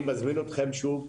אני מזמין אתכם שוב,